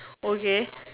okay